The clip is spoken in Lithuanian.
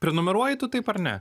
prenumeruoji tu taip ar ne